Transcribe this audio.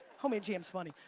homemade jam's funny.